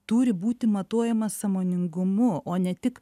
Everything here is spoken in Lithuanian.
turi būti matuojamas sąmoningumu o ne tik